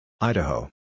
Idaho